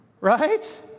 Right